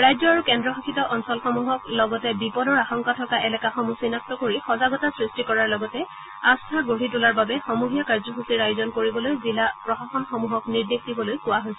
ৰাজ্য আৰু কেন্দ্ৰীয়শাসিত ৰাজ্যক্ষেত্ৰসমূহক লগতে বিপদৰ আশংকা থকা এলেকাসমূহ চিনাক্ত কৰি সজাগতা সৃষ্টি কৰাৰ লগতে আস্থা গঢ়ি তোলাৰ বাবে সমূহীয়া কাৰ্য্যসুচীৰ আয়োজন কৰিবলৈ জিলা প্ৰশাসনসমূহক নিৰ্দেশ দিবলৈ কোৱা হৈছে